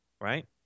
right